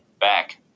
back